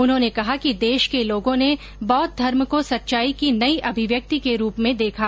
उन्होंने कहा कि देश के लोगों ने बौद्ध धर्म को सच्चाई की नई अभिव्यक्ति के रूप में देखा